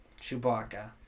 Chewbacca